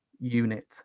unit